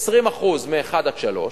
20% זה אחד שלושה,